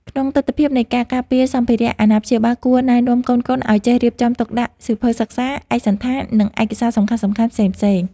ក្នុងទិដ្ឋភាពនៃការការពារសម្ភារៈ អាណាព្យាបាលគួរណែនាំកូនៗឱ្យចេះរៀបចំទុកដាក់សៀវភៅសិក្សា ឯកសណ្ឋាន និងឯកសារសំខាន់ៗផ្សេងៗ។